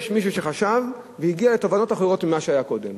יש מישהו שחשב והגיע לתובנות אחרות ממה שהיה קודם.